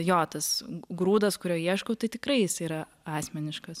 jo tas grūdas kurio ieškau tai tikrai jis yra asmeniškas